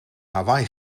hawaï